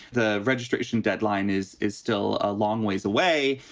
the registration deadline is is still a long ways away.